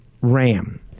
Ram